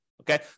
Okay